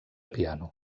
piano